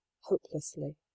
hopelessly